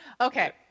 Okay